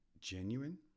genuine